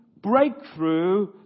Breakthrough